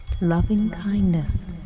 Loving-kindness